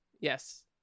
Yes